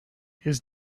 his